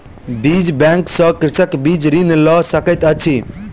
बीज बैंक सॅ कृषक बीज ऋण लय सकैत अछि